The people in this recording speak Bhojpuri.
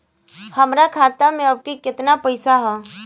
हमार खाता मे अबही केतना पैसा ह?